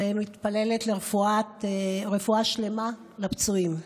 ומתפללת לרפואה שלמה לפצועים.